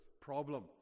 problem